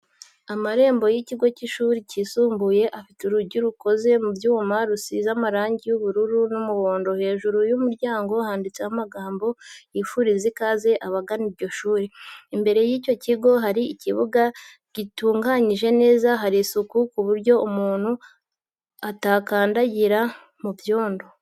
Amarembo y'ikigo cy'ishuri ryisumbuye afite urugi rukoze mu byuma rusize marangi y'ubururu n'umuhondo hejuru y'umuryango handitseho amagambo yifuriza ikaze abagana iryo shuri, imbere y'icyo kigo hari ikibuga gitunganyije neza hari isuku ku buryo umuntu atakandagira mu byondo.